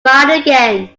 again